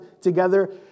together